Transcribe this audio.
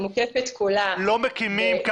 זה מובן,